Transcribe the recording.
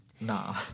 nah